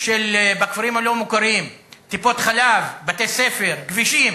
בכפרים הלא-מוכרים, טיפות-חלב, בתי-ספר, כבישים,